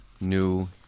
new